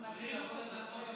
את החוק הבא,